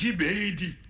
baby